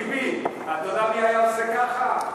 טיבי, אתה יודע מי היה עושה ככה?